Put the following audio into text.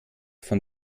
von